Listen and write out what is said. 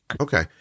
Okay